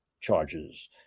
charges